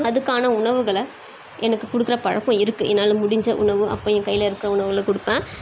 அதுக்கான உணவுகளை எனக்கு கொடுக்குற பழக்கம் இருக்குது என்னால் முடிஞ்ச உணவு அப்போ என் கையில் இருக்கிற உணவுகளை கொடுப்பேன்